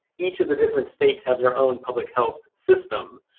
each of the different states have their own public health system.